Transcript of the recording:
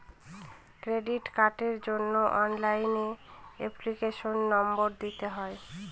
credit কার্ডের জন্য অনলাইনে এপ্লিকেশনের নম্বর দিতে হয়